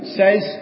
says